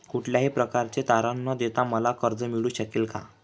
कुठल्याही प्रकारचे तारण न देता मला कर्ज मिळू शकेल काय?